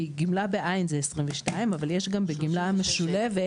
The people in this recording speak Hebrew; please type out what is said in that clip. כי גמלה בעין זה 22,000. אבל יש בגמלה משולבת